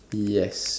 yes